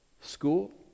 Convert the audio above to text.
school